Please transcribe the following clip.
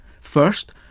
First